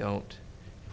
don't